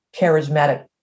charismatic